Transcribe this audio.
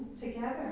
together